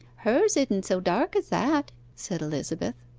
hers idn' so dark as that said elizabeth.